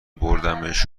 بردیمش